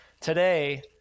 today